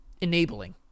enabling